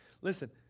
Listen